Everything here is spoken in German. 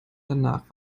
danach